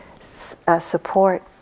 support